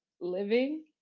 living